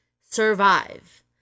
survive